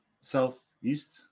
southeast